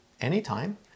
anytime